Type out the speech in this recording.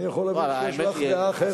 אני יכול להבין שיש לך דעה אחרת,